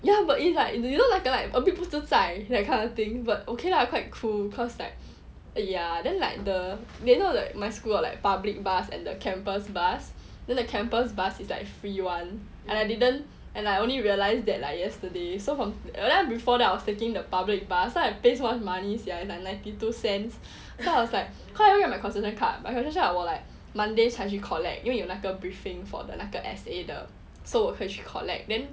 ya but it's like you know you know like 不自在 that kind of thing but okay lah quite cool cause like !aiya! then like the you know like my school got like public bus and the campus bus then the campus bus is like free [one] and I didn't and I only realised that like yesterday so from then before that I was taking the public bus then I pay so much money sia like ninety two cents cause I was like cause I don't have my concession card my concession like 我 like monday 才去 collect 因为有那个 briefing for 那个 S_A 的 so 我可以去 collect